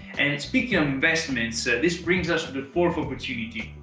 and speaking of investments, this brings us to the fourth opportunity,